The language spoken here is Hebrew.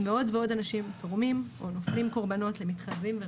ועוד ועוד אנשים תורמים או נופלים קורבנות למתחזים.